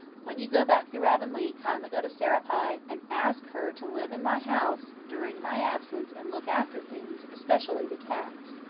when you go back through avonlea kindly go to sarah pye and ask her to live in my house during my absence and look after things, especially the cats.